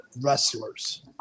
wrestlers